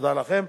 תודה לכם.